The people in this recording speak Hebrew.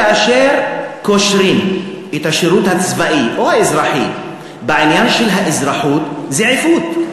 כאשר קושרים את השירות הצבאי או האזרחי בעניין של האזרחות זה עיוות.